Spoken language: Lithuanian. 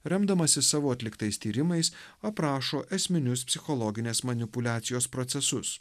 remdamasi savo atliktais tyrimais aprašo esminius psichologinės manipuliacijos procesus